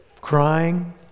crying